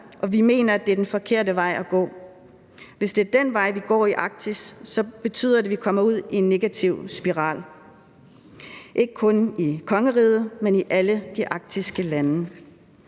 og vi mener, at det er den forkerte vej at gå. Hvis det er den vej, vi går i Arktis, så betyder det, at vi kommer ud i en negativ spiral, ikke kun i kongeriget, men i alle de arktiske lande.